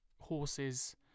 horses